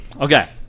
Okay